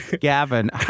Gavin